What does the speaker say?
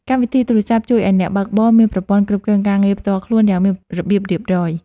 កម្មវិធីទូរសព្ទជួយឱ្យអ្នកបើកបរមានប្រព័ន្ធគ្រប់គ្រងការងារផ្ទាល់ខ្លួនយ៉ាងមានរបៀបរៀបរយ។